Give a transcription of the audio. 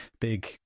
big